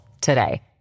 today